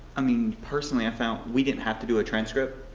i mean personally i found we didn't have to do a transcript.